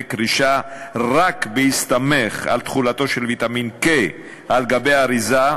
קרישה רק בהסתמך על תכולתו של ויטמין K על-גבי האריזה,